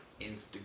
Instagram